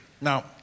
Now